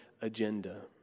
agenda